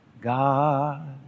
God